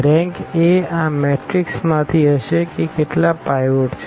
rank A આ માંથી હશે કે કેટલા પાઈવોટ છે